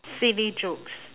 silly jokes